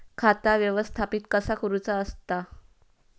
खाता व्यवस्थापित कसा करुचा असता?